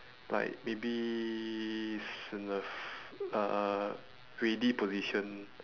like maybe it's in a f~ a ready position